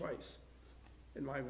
twice in my